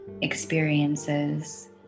experiences